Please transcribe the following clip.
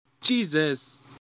Jesus